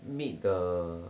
meet the